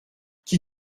qui